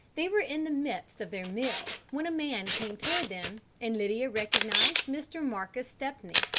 they were in the midst of their meal when a man came toward them and lydia recognised mr. marcus stepney.